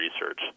Research